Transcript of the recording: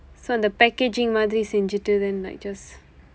so அந்த:andtha packaging மாதிரி செய்திட்டு:maathiri seythitdu then like just